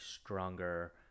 stronger